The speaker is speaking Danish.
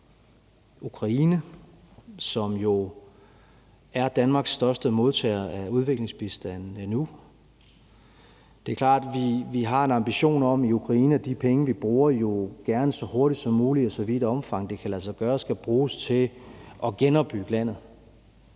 Ukraine, som jo er Danmarks største modtager af udviklingsbistand nu. Det er klart, at vi har en ambition om i Ukraine, at de penge, vi bruger, jo gerne så hurtigt som muligt og i så vidt omfang, det kan lade sig gøre, skal bruges til at genopbygge landet.